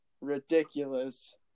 ridiculous